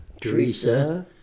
Teresa